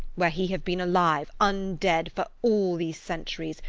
where he have been alive, un-dead for all these centuries,